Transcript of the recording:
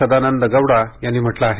सदानंद गौडा यांनी म्हटले आहे